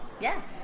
Yes